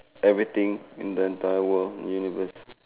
everything in the entire world in the universe